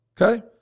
Okay